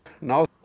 Now